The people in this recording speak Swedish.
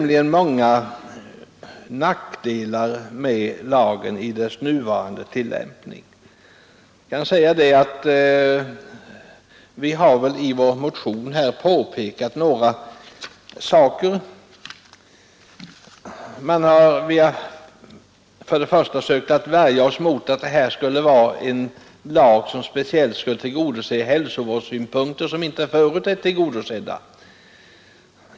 Lagen har nämligen som den nu tillämpas många nackdelar. Vi har i vår motion pekat på några förhållanden i dessa sammanhang. Vi har bl.a. försökt argumentera mot att lagen skulle vara avsedd att tillgodose hälsovårdssynpunkter som tidigare inte kunnat beaktas.